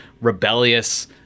rebellious